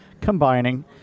combining